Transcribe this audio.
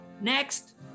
next